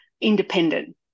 independent